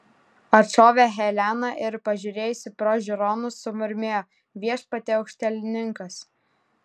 atšovė helena ir pažiūrėjusi pro žiūronus sumurmėjo viešpatie aukštielninkas